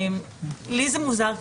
לי זה מוזר קצת.